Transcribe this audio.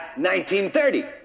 1930